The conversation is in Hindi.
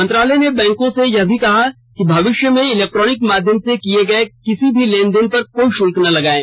मंत्रालय ने बैंकों से यह भी कहा कि भविष्य में इलेक्ट्रोनिक माध्यम से किये गये किर्सो भी लेनदेन पर कोई शुल्क न लगाये